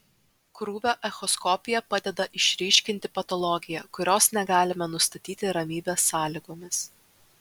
krūvio echoskopija padeda išryškinti patologiją kurios negalime nustatyti ramybės sąlygomis